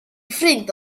ffrind